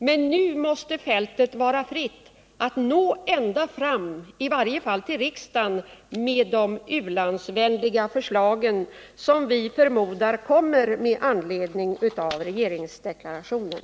Men nu måste fältet vara fritt att nå ända fram, i varje fall till riksdagen, med de u-landsvänliga förslag som vi förmodar kommer med anledning av regeringsdeklarationen.